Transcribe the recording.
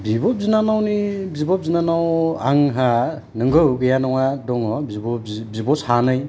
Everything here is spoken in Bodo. बिब' बिनानावनि बिब' बिनानाव आंहा नोंगौ गैया नङा दङ बिब' बिब' सानै